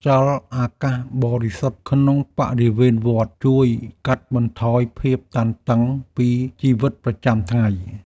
ខ្យល់អាកាសបរិសុទ្ធក្នុងបរិវេណវត្ត ជួយកាត់បន្ថយភាពតានតឹងពីជីវិតប្រចាំថ្ងៃ។